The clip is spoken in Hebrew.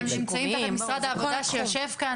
הם נמצאים תחת משרד העבודה שיושב כאן,